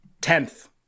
tenth